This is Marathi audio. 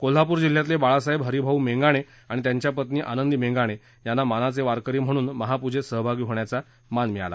कोल्हापूर जिल्ह्यातले बाळासाहेब हरिभाऊ मेंगाणे आणि त्यांच्या पत्नी आनंदी मेंगाणे यांना मानाचे वारकरी म्हणून महापूजेत सहभागी होण्याचा मान मिळाला